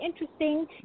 interesting